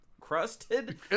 crusted